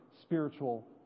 spiritual